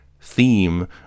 theme